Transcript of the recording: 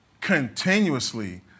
continuously